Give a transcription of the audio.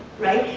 right?